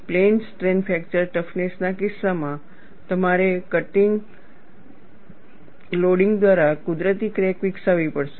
plane strain fracture ટફનેસના કિસ્સામાં તમારે ફટીગ લોડિંગ દ્વારા કુદરતી ક્રેક વિકસાવવી પડશે